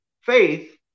faith